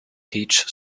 teach